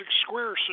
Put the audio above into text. square